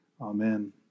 Amen